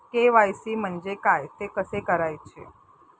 KYC म्हणजे काय? ते कसे करायचे?